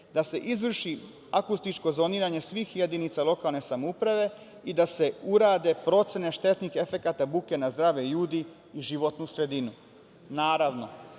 da se izvrši akustično zoniranje svih jedinica lokalne samouprave i da se urade procene štetnih efekata buke na zdrave ljude i životnu sredinu. Naravno,